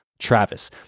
Travis